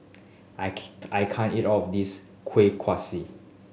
I can't eat all of this Kueh Kaswi